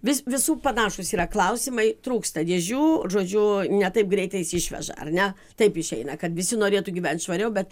vis visų panašūs yra klausimai trūksta dėžių žodžiu ne taip greitai jas išveža ar ne taip išeina kad visi norėtų gyveni švariau bet